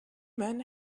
men